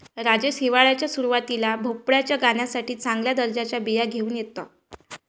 राजेश हिवाळ्याच्या सुरुवातीला भोपळ्याच्या गाण्यासाठी चांगल्या दर्जाच्या बिया घेऊन येतो